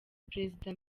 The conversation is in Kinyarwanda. perezida